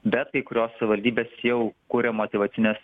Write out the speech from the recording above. bet kai kurios savivaldybės jau kuria motyvacines